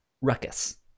ruckus